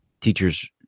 teachers